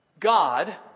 God